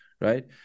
Right